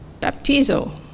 baptizo